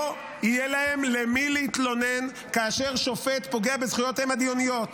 -- לא יהיה להם למי להתלונן כאשר שופט פוגע בזכויותיהם הדיוניות.